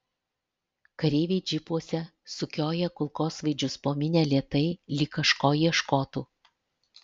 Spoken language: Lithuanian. kareiviai džipuose sukioja kulkosvaidžius po minią lėtai lyg kažko ieškotų